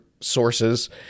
sources